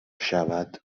شود